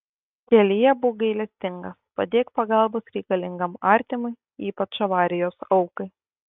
kelyje būk gailestingas padėk pagalbos reikalingam artimui ypač avarijos aukai